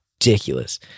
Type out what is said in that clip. ridiculous